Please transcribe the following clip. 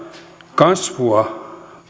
kasvua